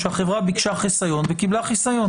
שהחברה ביקשה חיסיון וקיבלה חיסיון.